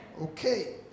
Okay